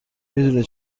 میدونی